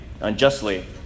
unjustly